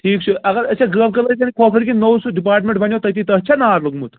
ٹھیٖک چھُ اَگر أسۍ گٲو کٔدلہٕ کھۅوٕرۍ کِنۍ نوٚو سُہ ڈِپارٹمٮ۪نٛٹ بنیٛو تٔتی تَتھ چھا نار لوٚگمُت